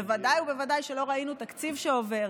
בוודאי ובוודאי שלא ראינו תקציב שעובר.